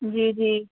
جی جی